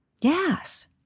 yes